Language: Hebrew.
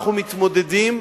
אנחנו מתמודדים,